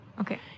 Okay